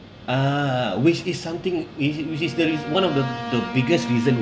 a'ah which is something which is which is the reaso~ one of the the biggest reason